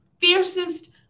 fiercest